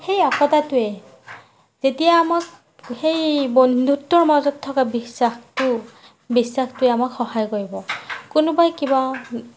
সেই একতাটোৱে তেতিয়া আমাক সেই বন্ধুত্ৱৰ মাজত থকা বিশ্বাসটো বিশ্বাসটোৱে আমাক সহায় কৰিব কোনোবাই কিবা